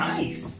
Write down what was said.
Nice